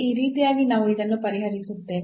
ಈ ರೀತಿಯಾಗಿ ನಾವು ಇದನ್ನು ಪರಿಹರಿಸುತ್ತೇವೆ